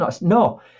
No